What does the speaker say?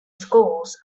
schools